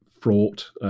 fraught